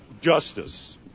justice